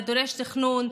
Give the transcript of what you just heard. זה דורש תכנון,